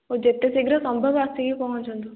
ହଉ ଯେତେ ଶୀଘ୍ର ସମ୍ଭବ ଆସିକି ପହଞ୍ଚନ୍ତୁ